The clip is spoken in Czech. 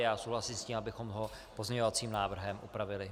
Já souhlasím, abychom ho pozměňovacím návrhem upravili.